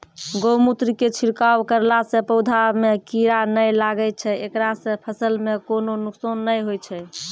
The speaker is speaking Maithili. गोमुत्र के छिड़काव करला से पौधा मे कीड़ा नैय लागै छै ऐकरा से फसल मे कोनो नुकसान नैय होय छै?